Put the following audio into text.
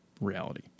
reality